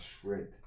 shred